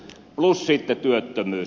plus sitten työttömyys